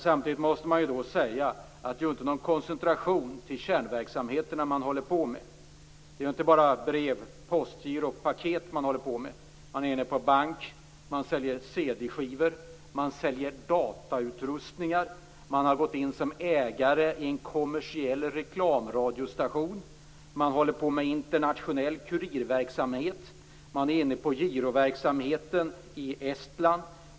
Samtidigt måste man säga att det inte är någon koncentration till kärnverksamheterna man håller på med. Det är ju inte vara brev, postgiro och paket man ägnar sig åt. Man är inne på bank. Man säljer CD-skivor och datautrustningar. Man har gått in som ägare i en kommersiell reklamradiostation. Man håller på internationell kurirverksamhet. Man är inne på giroverksamheten i Estland.